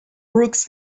brooks